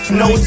no